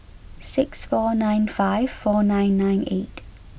six four nine five four nine nine eight